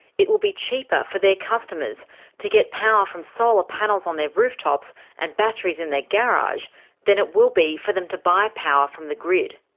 it will be cheaper for their customers to get power from solar panels on their rooftops and batteries in their garage than it will be for them to buy power from the grid.